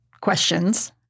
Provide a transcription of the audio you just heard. questions